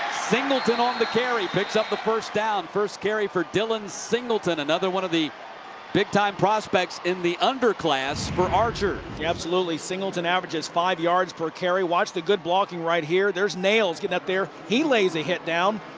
singleton on the carry. picks up the first down. first carry for dylan singleton. another one of the big-time prospects in the underclass for archer. yeah absolutely. singleton averages five yards per carry. watch the good blocking right there. there's nails getting up there. he lays a hit down.